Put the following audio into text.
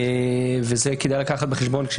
ואת זה כדאי לקחת בחשבון.